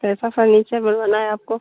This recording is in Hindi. कैसा फ़र्नीचर बनवाना है आपको